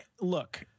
Look